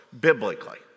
biblically